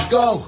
go